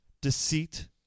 Deceit